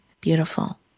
Beautiful